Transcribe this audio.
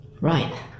Right